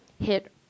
hit